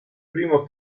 primo